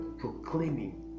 proclaiming